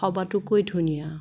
সবাটোকৈ ধুনীয়া